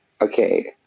okay